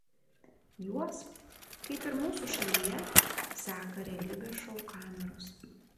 juos kaip ir mūsų šalyje seka realybės šou kameros